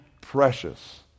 precious